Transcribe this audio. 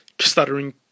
stuttering